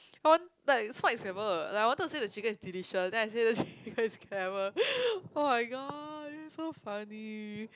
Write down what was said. I want like smart is clever like I wanted to say the chicken is delicious then I say the chicken is clever [oh]-my-god this is so funny